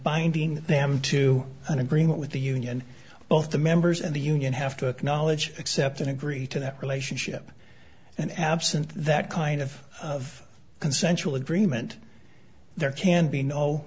finding them to an agreement with the union both the members and the union have to acknowledge accept and agree to that relationship and absent that kind of of consensual agreement there can be no